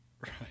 Right